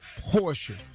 portion